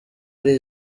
ari